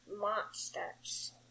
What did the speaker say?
monsters